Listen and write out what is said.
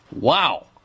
wow